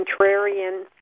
contrarian